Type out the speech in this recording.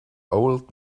old